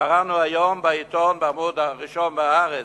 קראנו היום בעמוד הראשון בעיתון ב"הארץ":